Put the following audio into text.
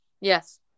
Yes